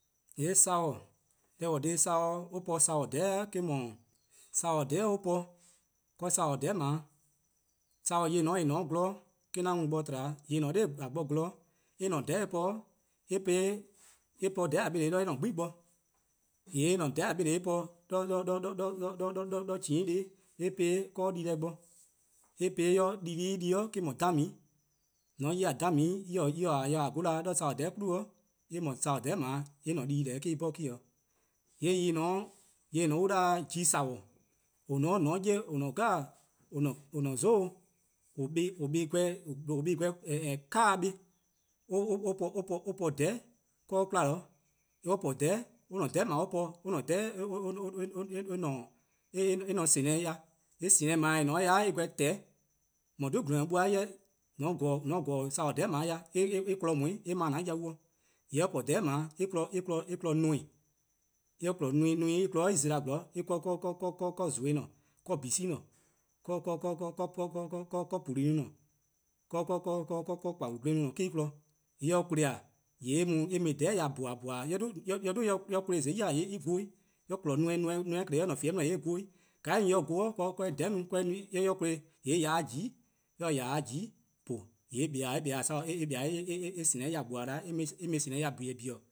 :Yee' saworn:, deh :eh :korn-a dhih saworn-a po-a saworn-dhororn'+ eh-: 'dhu, saworn-dhororn'+ or po-a, saworn-dhororn :dao', saworn: :yih :en :ne-a :ne-a 'nor :gwlor me-: 'an mu 'de bo-dih tba-', :yih :en :ne-a 'nor :a bo gwlor en-' :dhororn'+ en po-a, en po-ih, en po :dhororn'+ :neheh' 'do en-' 'gbu+ bo, :yee' en-' :dhororn' :neheh' en po-a 'de :chen-' buh+ en po-eh 'do dii-deh bo. En po-eh dii-deh+ eh di-a me-: 'dhu 'dhamu'a+. :mor :on 'ye 'dhamu'a+ en taa ya gola 'de saworn-dhororn'+ nyne bo-', :yee' eh mor saworn-dhororn: :dao' eh-: di-deh eh 'bhorn-dih. :yee' :yeh :en :ne-a 'o an 'da-dih-a 'ji-saworn, :mor :on 'ye-a deh 'jeh :or :ne-a 'zoo :or :korn-a buh+ gweh-a 'kan-a buh+ or po :dhororn'+ 'de 'kwla, :mor or po :dhororn'+, or :dhororn'+ or po-a, or-a' :dhororn'+ eh ne :dhehmeh-dih. :dhehmeh :eh ne-eh 'dih eh 'gweh :tehnehn:, :mor :or 'dhu-a :gwlor-nyor-buo-a 'jeh :mor :on :ge-dih saworn-dhororn'+ :dao' ya en kpon 'weh en kpon-a yau-dih, :yee' :mor eh po :dhororn'+ :dao' :yee' eh kpon neme:, :mor eh kpon neme, neme: eh 'kpon-a en zela: 'zorn-dih. 'de :zoba :ne, 'de :jili' :ne. 'de :wor pulu :ne, 'de :kpai-gle :ne, :mor eh kpon-ih :yee' eh mu-ih :dhororn'+ dih :bhin-dih, :bhin-dih, :mor eh 'dhu eh kpon-ih :zai' :yee' en vorn, :mor eh kpon neme, :mor :kele: :ne :febeh' 'di :yee eh vorn, :yee' :ka en vorn-a :yee' :kaa :dhororn'-a no eh kpon-ih, :yee' eh :ya 'de :giin', :ka eh :ya-a 'de :jiin', :yee' :buh, :yee' eh kpa 'o eh :dhehmeh-a ya :gba 'da 'weh, eh mu :dhehmeh-dih biin-dih, :biin-dihih', a